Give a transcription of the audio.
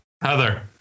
Heather